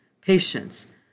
patience